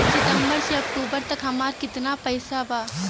सितंबर से अक्टूबर तक हमार कितना पैसा बा?